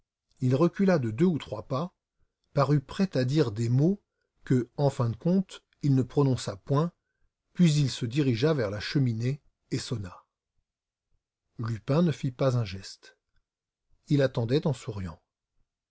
il recula de deux ou trois pas parut prêt à dire des mots que en fin de compte il ne prononça point puis il se dirigea vers la cheminée et sonna lupin ne fit pas un geste il attendait en souriant